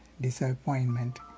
disappointment